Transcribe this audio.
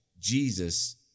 Jesus